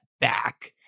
back